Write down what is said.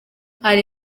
hari